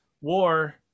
war